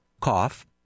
cough